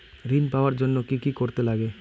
ঋণ পাওয়ার জন্য কি কি করতে লাগে?